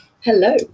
Hello